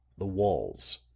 the walls,